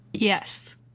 Yes